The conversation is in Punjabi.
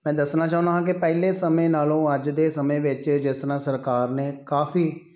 ਮੈਂ ਦੱਸਣਾ ਚਾਹੁੰਦਾ ਕਿ ਪਹਿਲੇ ਸਮੇਂ ਨਾਲ਼ੋਂ ਅੱਜ ਦੇ ਸਮੇਂ ਵਿੱਚ ਜਿਸ ਤਰ੍ਹਾਂ ਸਰਕਾਰ ਨੇ ਕਾਫ਼ੀ